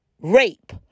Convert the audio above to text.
rape